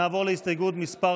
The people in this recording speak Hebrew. נעבור להסתייגות מס'